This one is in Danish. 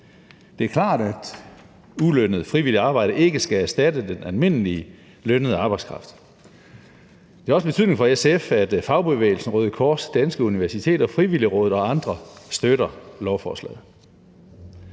Det er klart, at ulønnet frivilligt arbejde ikke skal erstatte den almindelige lønnede arbejdskraft. Det har også betydning for SF, at fagbevægelsen, Røde Kors, Danske Universiteter, Frivilligrådet og andre støtter lovforslaget.